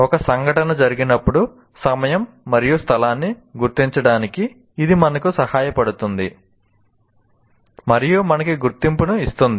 ఒక సంఘటన జరిగినప్పుడు సమయం మరియు స్థలాన్ని గుర్తించడానికి ఇది మనకు సహాయపడుతుంది మరియు మనకు గుర్తింపును ఇస్తుంది